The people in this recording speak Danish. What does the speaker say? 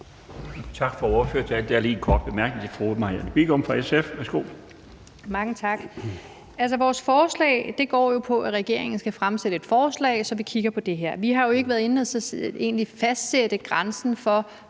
vores forslag går jo på, at regeringen skal fremsætte et forslag, så vi får kigget på det her. Vi har jo ikke været inde at egentlig fastsætte grænsen for,